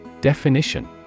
Definition